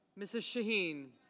mrs. shaheen,